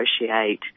negotiate